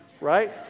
Right